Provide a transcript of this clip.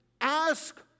ask